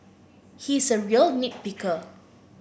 he is a real nit picker